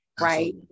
right